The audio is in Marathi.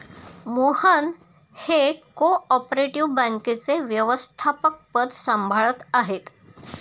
मोहन हे को ऑपरेटिव बँकेचे व्यवस्थापकपद सांभाळत आहेत